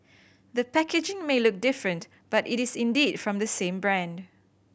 the packaging may look different but it is indeed from the same brand